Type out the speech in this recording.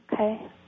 Okay